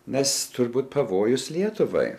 nes turbūt pavojus lietuvai